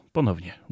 Ponownie